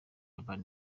urban